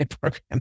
program